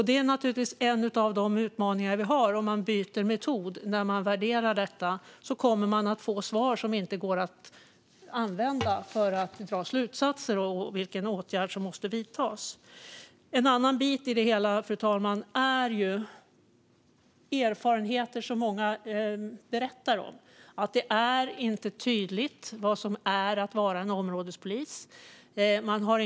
Det är en av de utmaningar vi har. Om man byter metod när man värderar detta kommer man att få svar som inte går att använda för att dra slutsatser om vilken åtgärd som måste vidtas. Fru talman! En annan bit i det hela är erfarenheter som många berättar om. Det är inte tydligt vad det är att vara en områdespolis.